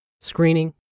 screening